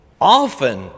often